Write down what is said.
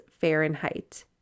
Fahrenheit